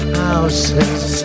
houses